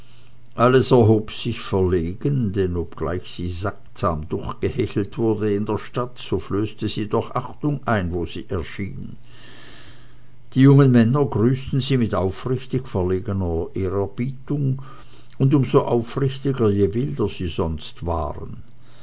alles erhob sich verlegen denn obgleich sie sattsam durchgehechelt wurde in der stadt so flößte sie doch achtung ein wo sie erschien die jungen männer grüßten sie mit aufrichtig verlegener ehrerbietung und um so aufrichtiger je wilder sie sonst waren